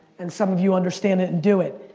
and some of you understand it and do it.